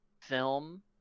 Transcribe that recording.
film